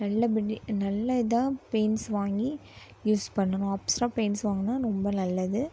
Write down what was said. நல்லபடி நல்ல இதாக பெயிண்ட்ஸ் வாங்கி யூஸ் பண்ணணும் அப்ஸ்ரா பெயிண்ட்ஸ் வாங்கினா ரொம்ப நல்லது